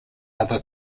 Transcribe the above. other